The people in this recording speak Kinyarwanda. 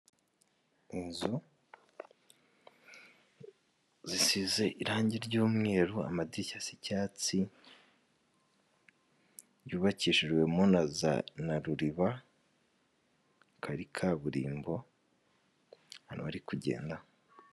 Inzu zisize irangi ry'umweru, amadirishya asa icyatsi yubakishijwemo na za ruriba, hakaba hari kaburimbo, abantu bari kugenda